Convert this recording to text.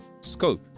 scope